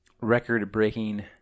record-breaking